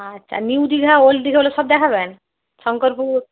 আচ্ছা new Digha old Digha ওগুলো সব দেখাবেন শংকরপুর